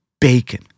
bacon